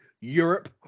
Europe